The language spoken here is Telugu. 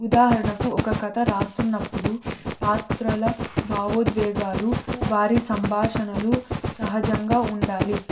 ఉదాహరణకు ఒక కథ రాస్తున్నప్పుడు పాత్రల భావోద్వేగాలు వారి సంభాషణలు సహజంగా ఉండాలి